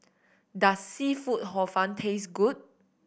does seafood Hor Fun taste good